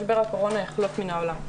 משבר הקורונה יחלוף מן העולם,